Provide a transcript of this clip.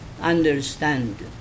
understand